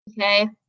Okay